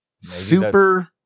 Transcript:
Super